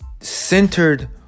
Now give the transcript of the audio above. centered